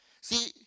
See